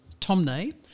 Tomney